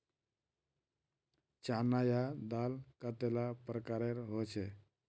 चना या दाल कतेला प्रकारेर होचे?